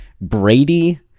Brady